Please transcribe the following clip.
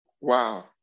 Wow